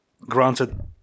Granted